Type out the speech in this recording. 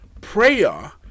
prayer